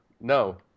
No